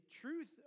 truth